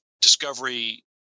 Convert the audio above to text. Discovery